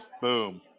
boom